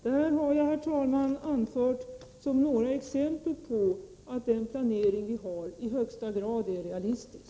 Detta har jag, herr talman, velat anföra som exempel på att vår planering i högsta grad är realistisk.